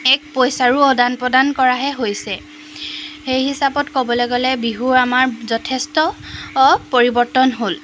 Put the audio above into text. এক পইচাৰো অদান প্ৰদান কৰাহে হৈছে সেই হিচাপত ক'বলৈ গ'লে বিহু আমাৰ যথেষ্ট পৰিৱৰ্তন হ'ল